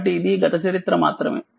కాబట్టిఇది గత చరిత్ర మాత్రమే